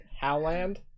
howland